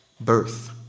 birth